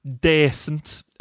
decent